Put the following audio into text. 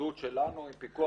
להתמודדות שלנו עם פיקוח,